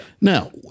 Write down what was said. Now